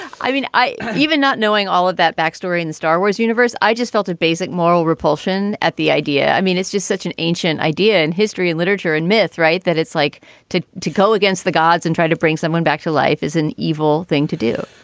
i mean, i even not knowing all of that backstory and star wars universe i just felt a basic moral repulsion at the idea. i mean, it's just such an ancient idea and history and literature and myth, right. that it's like to to go against the gods and try to bring someone back to life is an evil thing to do.